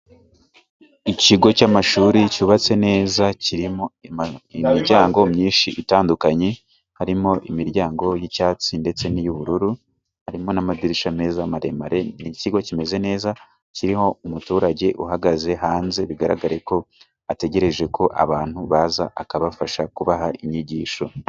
Ikigo cy'amashuri cyubatse neza kirimo imiryango myinshi itandukanye: harimo imiryango y'icyatsi ndetse n'iy'ubururu, harimo n'amadirishya meza maremare. Ni ikigo kimeze neza kiriho umuturage uhagaze hanze bigaragare ko ategereje ko abantu baza akabafasha kubaha inyigisho.